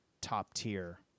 top-tier